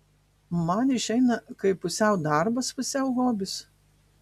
man išeina kaip pusiau darbas pusiau hobis